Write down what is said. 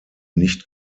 nicht